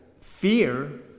fear